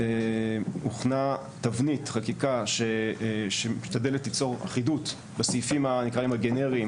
הוכנה תבנית חקיקה שמשתדלת ליצור אחידות בסעיפים הגנריים,